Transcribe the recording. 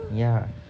yeah